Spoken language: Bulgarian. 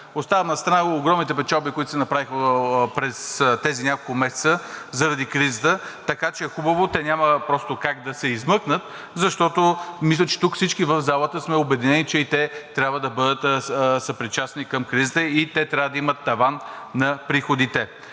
Оставям настрана огромните печалби, които се направиха през тези няколко месеца заради кризата, така че е хубаво, те няма просто как да се измъкнат, защото, мисля, че тук всички в залата сме обединени, че и те трябва да бъдат съпричастни към кризата, и те трябва да имат таван на приходите.